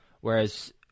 whereas